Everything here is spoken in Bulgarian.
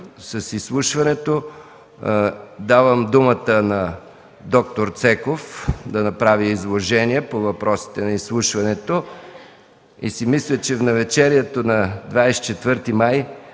с изслушването. Давам думата на д-р Цеков да направи изложение по въпросите на изслушването. Мисля, че в навечерието на 24 май